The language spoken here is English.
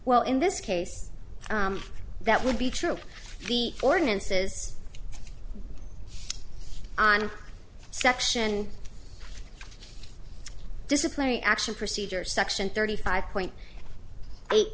well in this case that would be true the ordinances on section disciplinary action procedures section thirty five point eight